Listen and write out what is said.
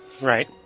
Right